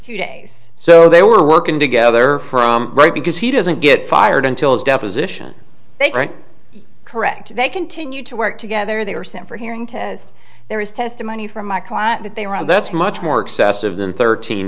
two days so they were working together right because he doesn't get fired until his deposition they are correct they continued to work together they were sent for hearing test there was testimony from my client that they were on that's much more excessive than thirteen